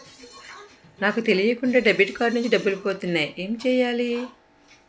నాకు తెలియకుండా debit card నుంచి డబ్బులు పోతున్నాయి ఎం చెయ్యాలి?